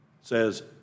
says